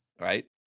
right